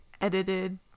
edited